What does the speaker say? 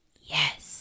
yes